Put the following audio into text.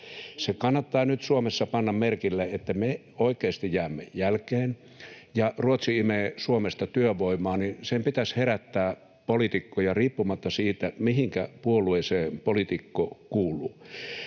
Se kannattaa nyt Suomessa panna merkille, että me oikeasti jäämme jälkeen ja Ruotsi imee Suomesta työvoimaa, ja sen pitäisi herättää poliitikkoja riippumatta siitä, mihinkä puolueeseen poliitikko kuuluu.